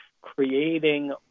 creating